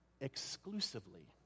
exclusively